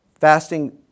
Fasting